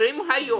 שאם היום